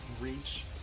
reach